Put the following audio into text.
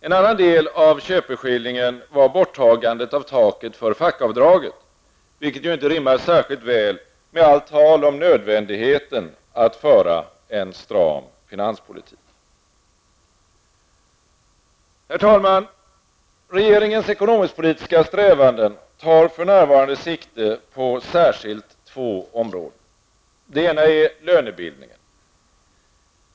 En annan del av köpeskillingen var borttagandet av taket för fackavdraget, vilket inte rimmar särskilt väl med allt tal om nödvändigheten att föra en stram finanspolitik. Herr talman! Regeringens ekonomisk-politiska strävanden tar för närvarande sikte särskilt på två områden. Det ena är lönebildningen.